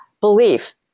belief